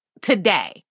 today